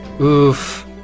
Oof